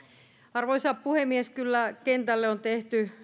arvoisa puhemies kyllä kentälle on tehty